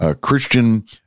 Christian